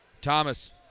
Thomas